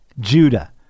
Judah